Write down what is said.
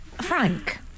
Frank